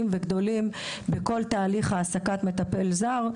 וגדולים בכל תהליך העסקת המטפל הזר,